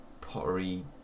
pottery